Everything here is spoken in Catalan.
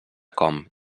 com